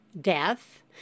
death